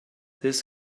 this